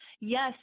Yes